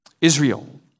Israel